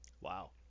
Wow